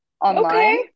online